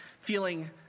feeling